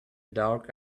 dark